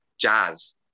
jazz